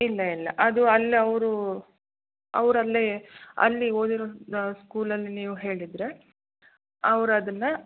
ಇಲ್ಲ ಇಲ್ಲ ಅದು ಅಲ್ಲಿ ಅವರು ಅವ್ರು ಅಲ್ಲಿ ಅಲ್ಲಿ ಓದಿರೋ ಸ್ಕೂಲಲ್ಲಿ ನೀವು ಹೇಳಿದರೆ ಅವ್ರು ಅದನ್ನ